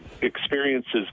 experiences